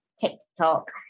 TikTok